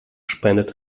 spendet